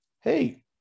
hey